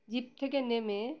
zip থেকে নেমে